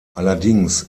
allerdings